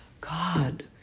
God